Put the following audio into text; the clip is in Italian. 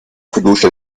fiducia